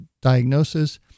diagnosis